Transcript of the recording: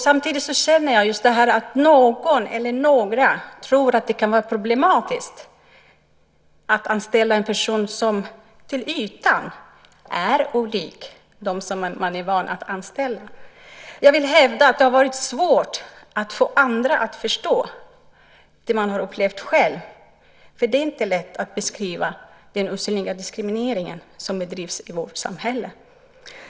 Samtidigt känner jag att några tror att det kan vara problematiskt att anställa en person som på ytan är olik dem man är van att anställa. Jag vill hävda att det har varit svårt att få andra att förstå det man har upplevt själv. Det är inte lätt att beskriva den osynliga diskriminering som bedrivs i vårt samhälle.